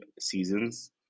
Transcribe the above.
seasons